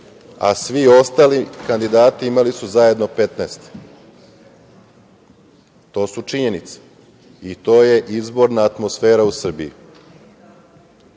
a svi ostali kandidati imali su zajedno 15%. To su činjenice i to je izborna atmosfera u Srbiji. Pitanje